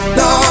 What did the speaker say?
no